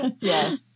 Yes